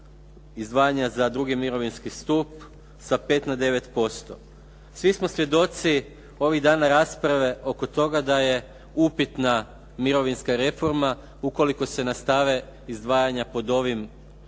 izdvajanja za drugi mirovinski stup sa 5 na 9%. Svi smo svjedoci ovih dana rasprave oko toga da je upitna mirovinska reforma ukoliko se nastave izdvajanja pod ovim